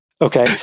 okay